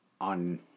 on